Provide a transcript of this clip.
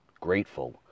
grateful